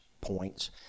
points